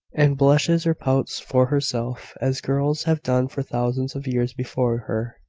and blushes or pouts for herself as girls have done for thousands of years before her.